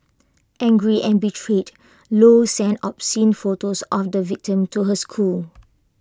angry and betrayed low sent obscene photos on the victim to his school